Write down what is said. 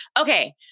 Okay